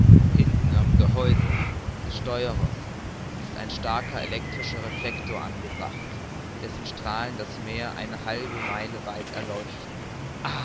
hinten am gehäuse des steuerers ist ein starker elektrischer reflector angebracht dessen strahlen das meer eine halbe meile weit erleuchten